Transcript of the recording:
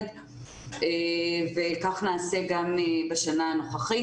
בוקר טוב לכולם.